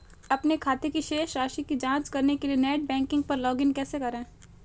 अपने खाते की शेष राशि की जांच करने के लिए नेट बैंकिंग पर लॉगइन कैसे करें?